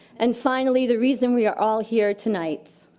and finally, the reason we are all here tonight.